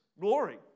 glory